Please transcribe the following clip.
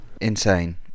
Insane